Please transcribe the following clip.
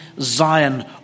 Zion